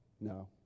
no